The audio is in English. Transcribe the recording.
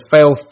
Fail